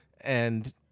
and-